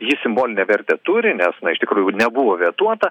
ji simbolinę vertę turi nes iš tikrųjų nebuvo vetuota